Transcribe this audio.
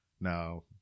Now